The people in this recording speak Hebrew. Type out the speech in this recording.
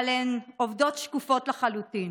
אבל הן עובדות שקופות לחלוטין.